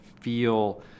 feel